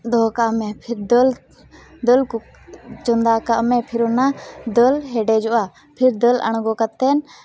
ᱫᱚᱦᱚ ᱠᱟᱜᱢᱮ ᱯᱷᱮᱨ ᱫᱟᱹᱞ ᱫᱟᱹᱞ ᱠᱚ ᱪᱚᱸᱫᱟᱜ ᱠᱟᱜ ᱢᱮ ᱯᱷᱮᱨ ᱚᱱᱟ ᱫᱟᱹᱞ ᱦᱮᱰᱮᱡᱚᱜᱼᱟ ᱯᱷᱤᱨ ᱫᱟᱹᱞ ᱟᱬᱜᱚ ᱠᱟᱛᱮᱫ